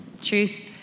truth